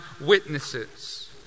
witnesses